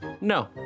no